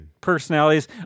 personalities